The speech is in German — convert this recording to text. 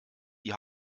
die